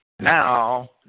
Now